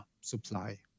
supply